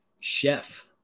Chef